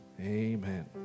Amen